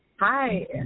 Hi